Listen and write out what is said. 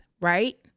right